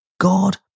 God